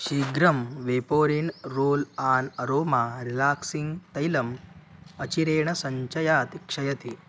शीघ्रं Vaporin roll on aroma relaxing तैलम् अचिरेण सञ्चयात् क्षयति